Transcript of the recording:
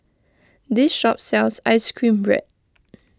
this shop sells Ice Cream Bread